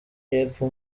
y’epfo